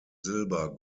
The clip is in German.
silber